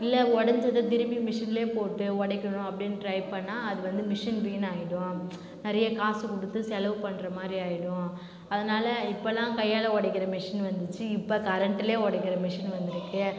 இல்லை உடஞ்சது திரும்ப மிஷினில் போட்டு உடைக்கணும் அப்படினு ட்ரை பண்ணால் அது வந்து மிஷின் வீணாகிடும் நிறைய காசு கொடுத்து செலவு பண்ணுற மாதிரி ஆகிடும் அதனால் இப்போலாம் கையால் உடைக்கிற மிஷின் இருந்துச்சு இப்போ கரண்ட்டுலேயே உடைக்கிற மிஷின் வந்துருக்குது